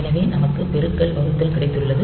எனவே நமக்கு பெருக்கல் வகுத்தல் கிடைத்துள்ளது